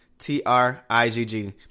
T-R-I-G-G